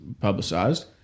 publicized